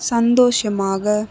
சந்தோஷமாக